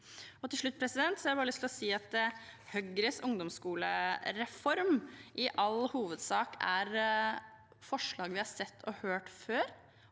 Til slutt har jeg lyst til å si at Høyres ungdomsskolereform i all hovedsak er forslag vi har sett og hørt før